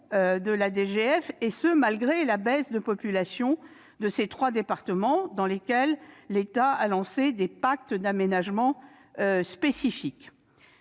(DGF), et ce malgré la baisse de population de ces trois départements. Par ailleurs, l'État y a lancé des pactes d'aménagement spécifiques.